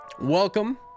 Welcome